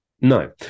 No